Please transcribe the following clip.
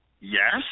yes